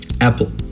Apple